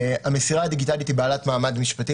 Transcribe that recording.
המסירה הדיגיטלית היא בעלת מעמד משפטי,